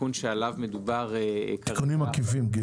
תיקונים עקיפים.